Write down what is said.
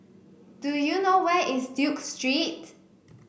do you know where is Duke Street